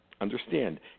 understand